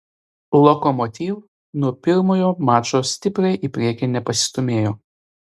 lokomotiv nuo pirmojo mačo stipriai į priekį nepasistūmėjo